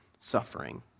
suffering